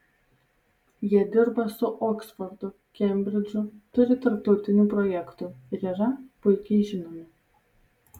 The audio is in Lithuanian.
jie dirba su oksfordu kembridžu turi tarptautinių projektų ir yra puikiai žinomi